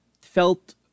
felt